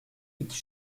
iki